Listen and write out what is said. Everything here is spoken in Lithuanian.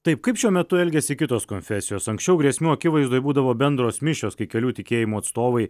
taip kaip šiuo metu elgiasi kitos konfesijos anksčiau grėsmių akivaizdoj būdavo bendros mišios kai kelių tikėjimų atstovai